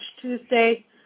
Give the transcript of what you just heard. Tuesday